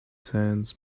sands